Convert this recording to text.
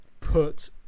put